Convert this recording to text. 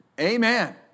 Amen